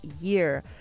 year